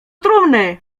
trumny